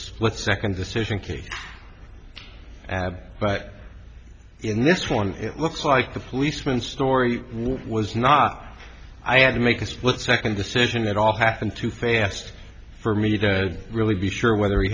split second decision case but in this one it looks like the policeman story was not i had to make a split second decision it all happened too fast for me to really be sure whether